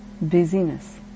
busyness